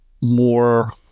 more